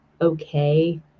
okay